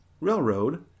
railroad